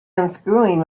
unscrewing